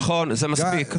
נכון., זה מספיק.